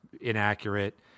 inaccurate